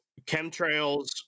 chemtrails